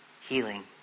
healing